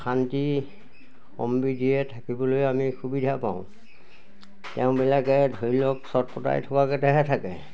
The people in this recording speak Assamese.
শান্তি সম্প্ৰিতীৰে থাকিবলৈ আমি সুবিধা পাওঁ তেওঁবিলাকে ধৰি লওক চটফটাই থকাগতেহে থাকে